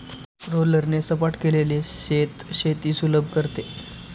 रोलरने सपाट केलेले शेत शेती सुलभ करते